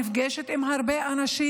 אני נפגשת עם הרבה אנשים.